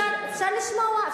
אפשר לשמוע?